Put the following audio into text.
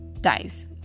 dies